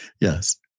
Yes